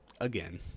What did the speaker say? again